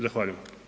Zahvaljujem.